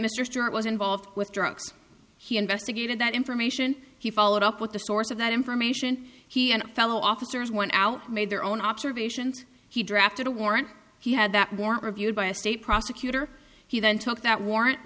mr stewart was involved with drugs he investigated that information he followed up with the source of that information he and fellow officers went out made their own observations he drafted a warrant he had that warrant reviewed by a state prosecutor he then took that warrant